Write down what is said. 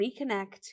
reconnect